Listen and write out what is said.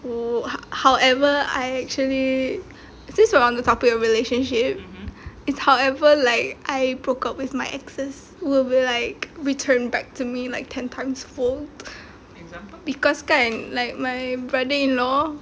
however I actually since we're on the topic of relationship it's however like I broke up with my exes will be like returned back to me like ten times fold because kan like my brother in law